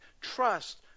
Trust